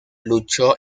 luchó